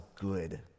good